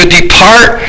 depart